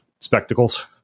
spectacles